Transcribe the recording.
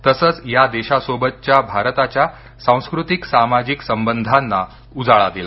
तसंच या देशासोबतच्या भारताच्या सांस्कृतिक सामाजिक संबंधांना उजाळा दिला